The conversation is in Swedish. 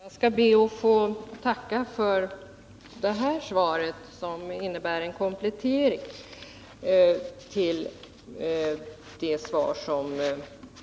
Fru talman! Jag skall be att få tacka för det här svaret som innebär en komplettering till det svar som